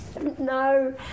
No